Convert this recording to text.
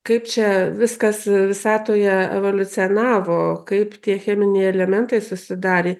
kaip čia viskas visatoje evoliucionavo kaip tie cheminiai elementai susidarė